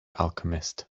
alchemist